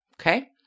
Okay